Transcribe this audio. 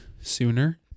sooner